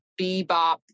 bebop